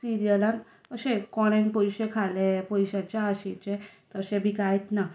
सिरियलांत अशे कोणे पयशे खाले पयशांचे आशेचे तशे बी कांयच ना